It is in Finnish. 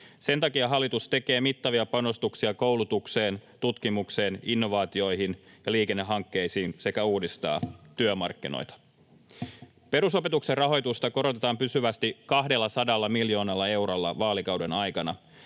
Sen takia hallitus tekee mittavia panostuksia koulutukseen, tutkimukseen, innovaatioihin ja liikennehankkeisiin sekä uudistaa työmarkkinoita. Perusopetuksen rahoitusta korotetaan pysyvästi 200 miljoonalla eurolla vaalikauden aikana.